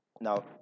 Now